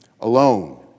alone